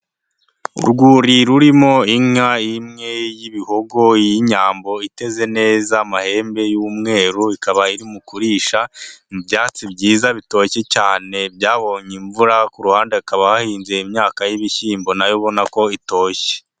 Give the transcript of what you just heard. Urwuri rurimo inka imwe y'ibihogo y'inyambo iteze neza amahembe y'umweru, ikaba iri mu kurisha ibyatsi byiza bitoshye cyane byabonye imvura, ku ruhande hakaba hahinze imyaka y'ibishyimbo nayo ubona ko itoshye.